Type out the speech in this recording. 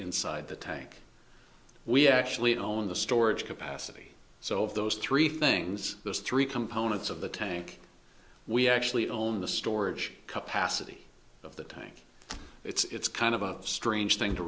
inside the tank we actually own the storage capacity so of those three things those three components of the tank we actually own the storage capacity of the tank it's kind of a strange thing to